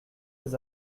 des